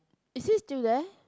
is he still there